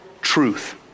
truth